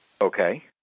Okay